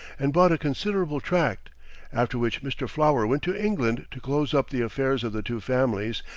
and bought a considerable tract after which mr. flower went to england to close up the affairs of the two families,